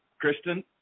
Kristen